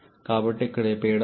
కాబట్టి ఇక్కడ ఈ పీడనం P4